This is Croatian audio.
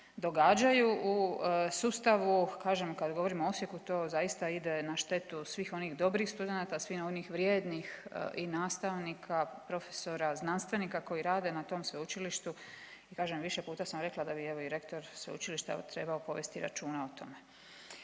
događaju u sustavu, kažem kad govorimo o Osijeku to zaista ide na štetu svih onih dobrih studenata, svih onih vrijednih i nastavnika, profesora znanstvenika koji rade na tom sveučilištu i kažem više puta sam rekla da bi evo i rektor sveučilišta evo trebao povesti računa o tome.